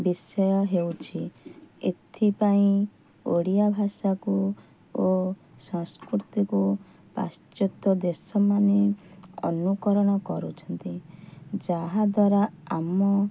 ବିଷୟ ହେଉଛି ଏଥିପାଇଁ ଓଡ଼ିଆ ଭାଷାକୁ ଓ ସଂସ୍କୃତିକୁ ପାଶ୍ଚାତ୍ୟ ଦେଶମାନେ ଅନୁକୋଣ କରୁଛନ୍ତି ଯାହା ଦ୍ଵାରା ଆମ